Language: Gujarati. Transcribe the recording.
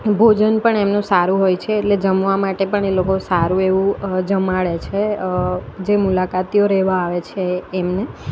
ભોજન પણ એમનું સારું હોય છે એટલે જમવા માટે પણ એ લોકો સારું એવું જમાડે છે જે મુલાકાતીઓ રહેવા આવે છે એમને